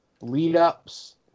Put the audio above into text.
lead-ups